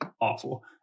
awful